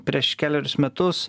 prieš kelerius metus